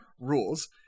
Rules